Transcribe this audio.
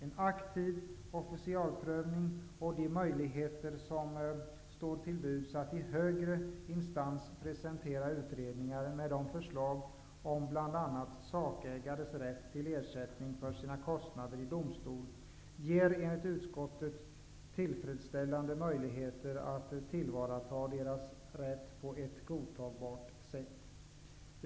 En aktiv officialprövning och de möjligheter som står till buds att i högre instans presentera utredningar, med de förslag om bl.a. sakägares rätt till ersättning för sina kostnader i domstol, ger enligt utskottet tillfredsställande möjligheter att tillvarata deras rätt på ett godtagbart sätt.